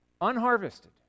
unharvested